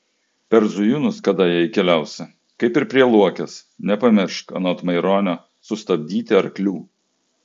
per zujūnus kada jei keliausi kaip ir prie luokės nepamiršk anot maironio sustabdyti arklių